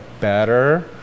better